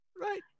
Right